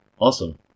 Awesome